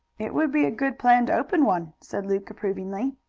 it would be a good plan to open one, said luke approvingly.